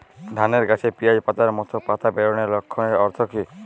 ধানের গাছে পিয়াজ পাতার মতো পাতা বেরোনোর লক্ষণের অর্থ কী?